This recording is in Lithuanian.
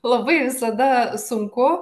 labai visada sunku